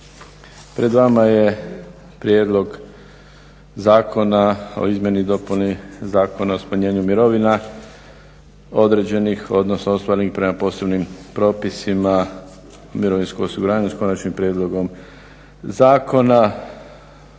Pred vama je prijedlog zakona o izmjeni i dopuni Zakona o smanjenju mirovina određenih, odnosno ostvarenih prema posebnim propisima o mirovinskom osiguranju s konačnim prijedlogom zakona.